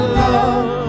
love